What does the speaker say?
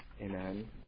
amen